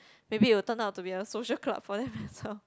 maybe it'll turn out to be a social club for them as well